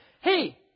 Hey